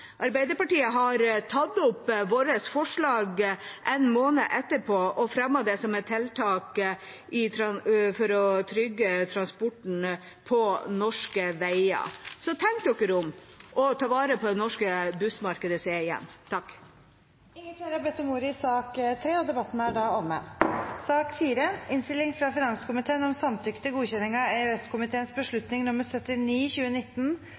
Arbeiderpartiet har tatt opp vårt forslag, en måned etterpå, og fremmet det som et tiltak for å trygge transporten på norske veier. Så tenk dere om og ta vare på det norske bussmarkedet som er igjen. Flere har ikke bedt om ordet til sak nr. 3. Jeg merker meg at verken representanter fra